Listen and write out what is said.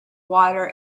water